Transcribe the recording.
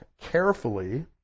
carefully